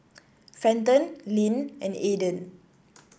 Fenton Lynne and Aiden